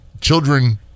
Children